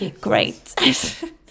Great